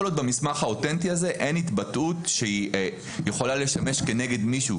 כל עוד במסמך האותנטי אין התבטאות שיכולה לשמש כנגד מישהו.